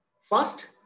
First